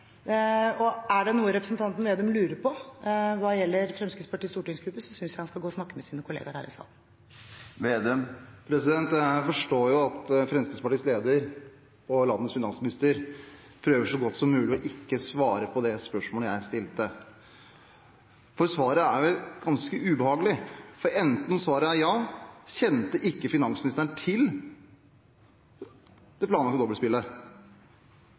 Er det noe representanten Slagsvold Vedum lurer på hva gjelder Fremskrittspartiets stortingsgruppe, synes jeg han skal gå og snakke med sine kollegaer her i salen. Jeg forstår at Fremskrittspartiets leder og landets finansminister prøver så godt som mulig ikke å svare på spørsmålet jeg stilte, for svaret er vel ganske ubehagelig. Enten svaret er ja – finansministeren kjente til det planlagte dobbeltspillet